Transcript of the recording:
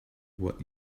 what